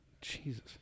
Jesus